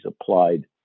applied